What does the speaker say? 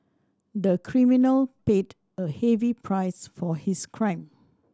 the criminal paid a heavy price for his crime